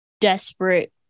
desperate